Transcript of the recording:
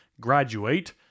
graduate